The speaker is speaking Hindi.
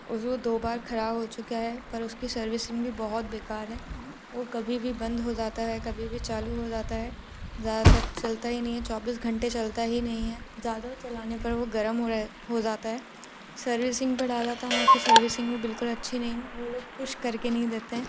उस वो दो बार खराब हो चुका है पर उसकी सर्विसिंग भी बहुत बेकार है ओ कभी भी बंद हो जाता है कभी भी चालू हो जाता है ज़्यादातर चलता ही नई है चौबीस घंटे चलता ही नहीं है ज़्यादा चलाने पर वो गरम हो जाता है सर्विसिंग पे डाला था वहाँ की सर्विसिंग भी बिल्कुल अच्छी नहीं है वो लोग कुछ करके नहीं देते हैं